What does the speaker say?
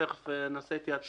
תיכף נעשה התייעצות.